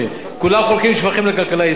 כולם חולקים שבחים לכלכלה הישראלית.